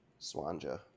swanja